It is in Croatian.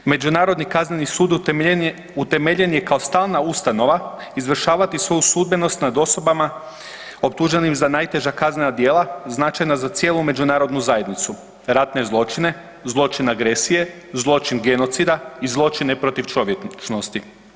Međunarodni kazneni sud utemeljen je kao stalna ustanova izvršavati svoju sudbenost nad osobama optuženim za najteža kaznena djela značajna za cijelu međunarodnu zajednicu ratne zločine, zločin agresije, zločin genocida i zločine protiv čovječnosti.